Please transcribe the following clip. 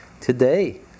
today